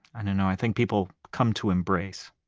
i don't know, i think people come to embrace